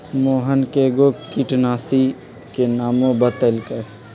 मोहन कै गो किटनाशी के नामो बतलकई